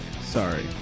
Sorry